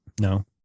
No